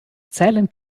zählen